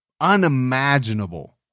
unimaginable